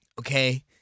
okay